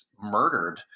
murdered